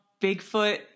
Bigfoot